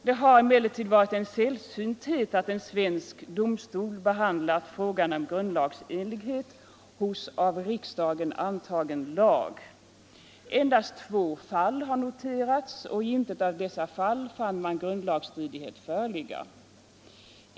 Det har emellertid varit en sällsynthet att en svensk domstol har behandlat frågan om grundlagsenligheten hos av riksdagen antagen lag. Endast två fall har noterats och i intet av dessa fall fann man grundlagsstridighet föreligga.